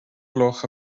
gloch